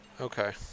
Okay